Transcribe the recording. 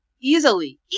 easily